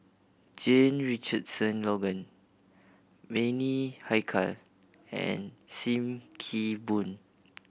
Jame Richardson Logan Bani Haykal and Sim Kee Boon